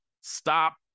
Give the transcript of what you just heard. stop